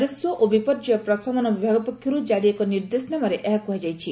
ରାଜସ୍ୱ ଓ ବିପର୍ଯ୍ୟ ପ୍ରଶମନ ବିଭାଗ ପକ୍ଷରୁ ଜାରୀ ଏକ ନିର୍ଦେଶନାମାରେ ଏହା କୁହାଯାଇଛି